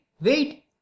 wait